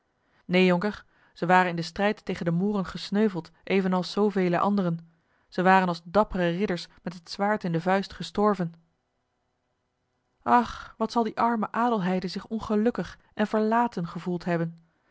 neen jonker zij waren in den strijd tegen de mooren gesneuveld evenals zoovele anderen zij waren als dappere ridders met het zwaard in de vuist gestorven ach wat zal die arme adelheide zich ongelukkig en verlaten gevoeld hebben